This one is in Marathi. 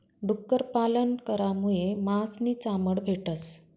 डुक्कर पालन करामुये मास नी चामड भेटस